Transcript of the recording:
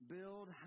Build